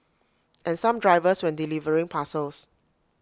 and some drivers when delivering parcels